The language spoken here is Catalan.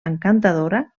encantadora